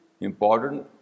important